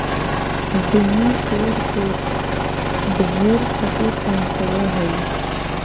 दियाँ पेड़ के ढेर छति पहुंचाब हई